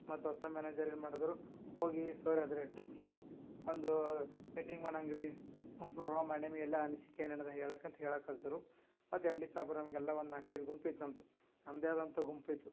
ಮತ್ತು ಹೊಸ ಮ್ಯಾನೇಜರ್ ಏನ್ಮಾಡಿದ್ರು ಹೋಗಿ ಸರ್ ಎದುರಿಟ್ರು ಒಂದು ಮೀಟಿಂಗ್ ಮಾಡೋಂಗ್ ರೀ ಒನ್ ಪ್ರೋಗ್ರಾಮ್ ಮಾಡಿನಿ ಎಲ್ಲ ಅನಿಸಿಕೆ ಏನೇನದೆ ಹೇಳೋಕೆ ಅಂತ ಹೇಳೊಕ್ ಹಚ್ಚಿದ್ರು ಮತ್ತು ಎಮ್ ಡಿ ಸಾಬ್ರ್ ನಮಗೆಲ್ಲ ಒಂದು ನಾಲ್ಕೈದು ಗುಂಪಿತ್ತು ನಮ್ಮದು ನಮ್ಮದೇ ಆದಂಥ ಗುಂಪಿತ್ತು